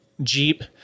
Jeep